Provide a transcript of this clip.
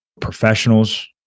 professionals